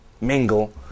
mingle